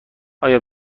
آیا